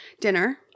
Dinner